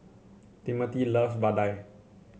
Timothy loves vadai